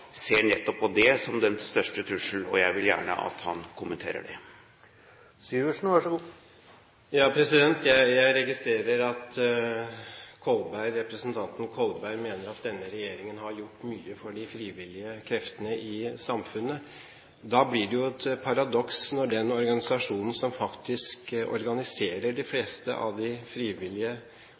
ser det som den største trussel, og jeg vil gjerne at han kommenterer det. Jeg registrerer at representanten Kolberg mener at denne regjeringen har gjort mye for de frivillige kreftene i samfunnet. Da blir det jo et paradoks når den organisasjonen som faktisk organiserer de fleste av de frivillige